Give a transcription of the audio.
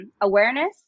awareness